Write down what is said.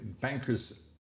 bankers